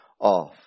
off